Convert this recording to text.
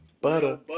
Butter